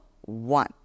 one